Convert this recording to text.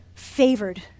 favored